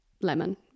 lemon